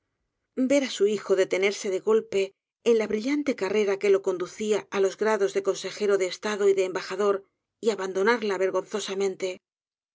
mucho verá su hijo detenerse de golpe en la brillante carrera que lo conducía á ios grados de consejero de estado y de embajador y abandonarla vergonzosamente